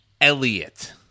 elliot